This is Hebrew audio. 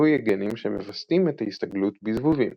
לזיהוי הגנים שמווסתים את ההסתגלות בזבובים.